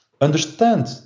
understand